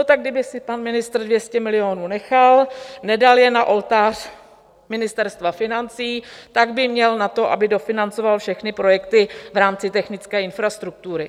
Tak kdyby si pan ministr 200 milionů nechal, nedal je na oltář Ministerstva financí, tak by měl na to, aby dofinancoval všechny projekty v rámci technické infrastruktury.